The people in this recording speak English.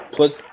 Put